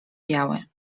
biały